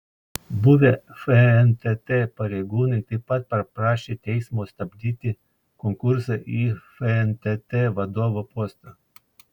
buvę fntt pareigūnai taip pat paprašė teismo stabdyti konkursą į fntt vadovo postą